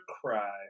cry